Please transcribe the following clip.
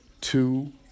Two